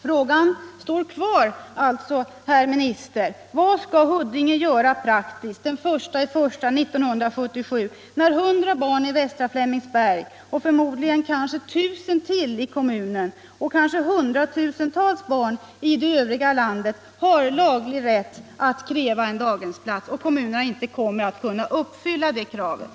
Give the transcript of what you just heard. Frågan står alltså kvar, herr socialminister: Vad skall Huddinge göra praktiskt den 1 januari 1977 när 100 barn i västra Flemingsberg, och förmodligen 1 000 till i kommunen, har laglig rätt att kräva daghemsplats? Vad skall kommunerna i övrigt göra när kanske 100 000-tals barn har denna rätt att kräva daghemsplats och kommunerna inte kommer att kunna uppfylla det kravet?